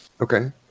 Okay